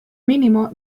mínimo